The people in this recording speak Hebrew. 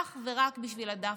אך ורק בשביל דווקא.